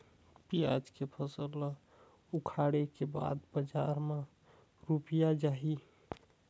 पियाज के फसल ला उखाड़े के बाद बजार मा रुपिया जाही?